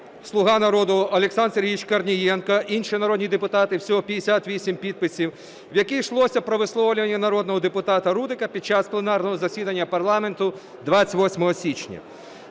"Слуга народу" Олександр Сергійович Корнієнко, інші народні депутати – всього 58 підписів), в якій йшлося про висловлювання народного депутата Рудика під час пленарного засідання парламенту 28 січня.